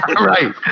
Right